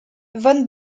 von